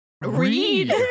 read